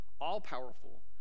All-powerful